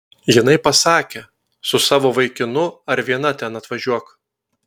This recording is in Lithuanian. jinai pasakė su savo vaikinu ar viena ten atvažiuok